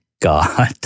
god